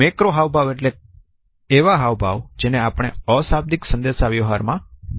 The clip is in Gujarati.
મેક્રો હાવભાવ એટલે એવા હાવભાવ જેને આપણે અશાબ્દિક સંદેશાવ્યહાર માં જોઈ શકીએ